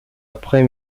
après